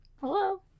hello